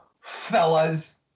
fellas